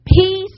peace